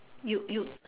you you